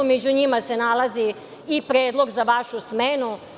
Među njima se nalazi i predlog za vašu smenu.